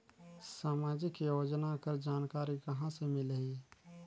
समाजिक योजना कर जानकारी कहाँ से मिलही?